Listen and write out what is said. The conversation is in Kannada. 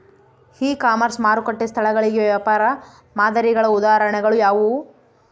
ಇ ಕಾಮರ್ಸ್ ಮಾರುಕಟ್ಟೆ ಸ್ಥಳಗಳಿಗೆ ವ್ಯಾಪಾರ ಮಾದರಿಗಳ ಉದಾಹರಣೆಗಳು ಯಾವುವು?